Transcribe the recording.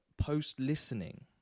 post-listening